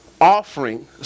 offering